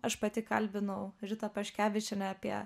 aš pati kalbinau ritą paškevičienę apie